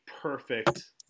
perfect